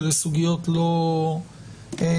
אלה סוגיות לא פשוטות.